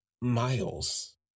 miles